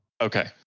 Okay